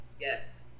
Yes